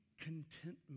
contentment